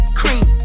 cream